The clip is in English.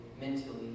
mentally